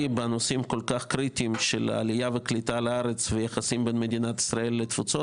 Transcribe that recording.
בנושאים קריטיים כמו עלייה לארץ ויחסים עם התפוצות.